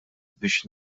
biex